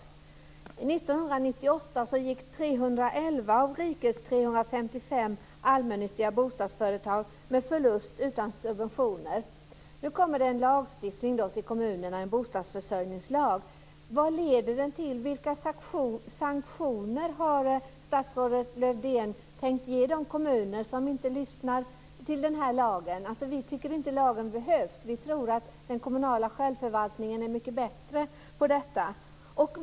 1998 gick 311 av rikets 355 allmännyttiga bostadsföretag med förlust utan subventioner. Nu kommer det en bostadsförsörjningslag till kommunerna. Vad leder den till? Vilka sanktioner har statsrådet Lövdén tänkt ge de kommuner som inte följer den här lagen? Vi tycker inte att lagen behövs. Vi tror att den kommunala självförvaltningen är mycket bättre.